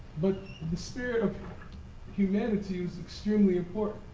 but the spirit of humanity extremely important.